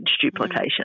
duplication